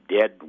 dead